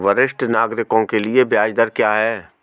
वरिष्ठ नागरिकों के लिए ब्याज दर क्या हैं?